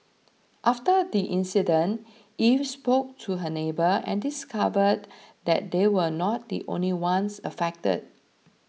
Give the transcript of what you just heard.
after the incident eve spoke to her neighbour and discovered that they were not the only ones affected